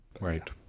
Right